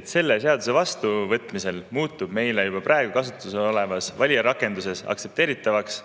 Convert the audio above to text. et selle seaduse vastuvõtmisel muutub meile juba praegu kasutusel olevas valijarakenduses aktsepteeritavaks